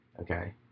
Okay